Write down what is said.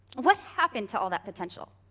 what happened to all that potential?